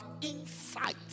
insight